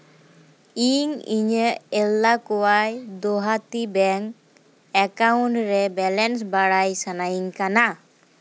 ᱤᱧ ᱤᱧᱟᱹᱜ ᱮᱞᱞᱟᱠᱩᱣᱟᱭ ᱫᱚᱦᱟᱛᱤ ᱵᱮᱝᱠ ᱮᱠᱟᱣᱩᱱᱴ ᱨᱮ ᱵᱮᱞᱮᱱᱥ ᱵᱟᱲᱟᱭ ᱥᱟᱱᱟᱭᱤᱧ ᱠᱟᱱᱟ